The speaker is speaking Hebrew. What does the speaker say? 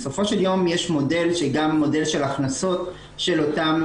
בסופו של יום יש מודל שהוא גם מודל של הכנסות של אותם